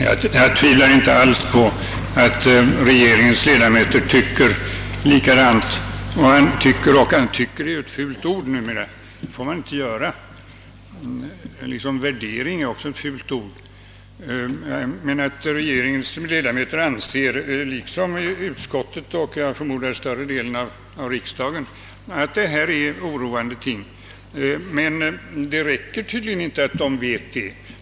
Herr talman! Jag tvivlar inte alls på att regeringens ledamöter liksom utskottets och, förmodar jag, större delen av riksdagen tycker — »tycker» liksom »värdering» är ju fula ord numera som man inte får använda — eller anser att detta är oroande saker. Det räcker tydligen inte med att regeringsledamöterna vet detta.